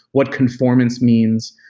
what conformance means.